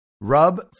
rub